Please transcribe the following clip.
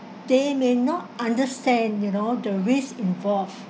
they may not understand you know the risks involved